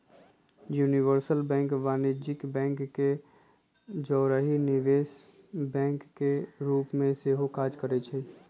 universal bank वाणिज्यिक bank के जौरही निवेश बैंक के रूप में सेहो काज करइ छै